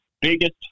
biggest